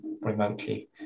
remotely